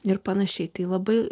ir pan tai labai